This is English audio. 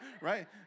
right